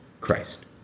Christ